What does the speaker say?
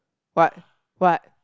but what